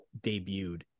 debuted